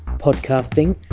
podcasting?